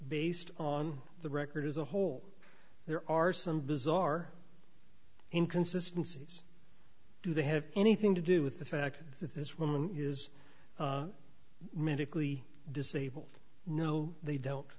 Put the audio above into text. based on the record as a whole there are some bizarre inconsistences do they have anything to do with the fact that this woman is medically disabled no they don't